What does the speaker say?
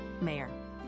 Mayor